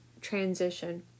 transition